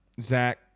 Zach